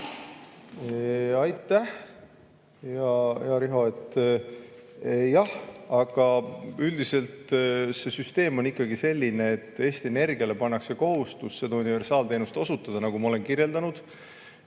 Aitäh, hea Riho! Jah, aga üldiselt süsteem on ikkagi selline, et Eesti Energiale pannakse kohustus universaalteenust osutada, nagu ma olen kirjeldanud,